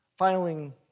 filing